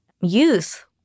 youth